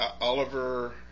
Oliver